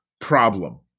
problem